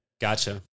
gotcha